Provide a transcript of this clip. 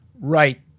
right